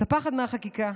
את הפחד מהחקיקה.